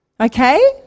Okay